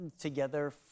together